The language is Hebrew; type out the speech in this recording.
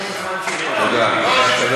תודה.